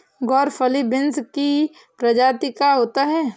ग्वारफली बींस की प्रजाति का होता है